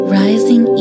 rising